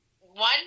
One